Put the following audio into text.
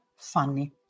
funny